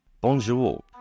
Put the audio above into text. Bonjour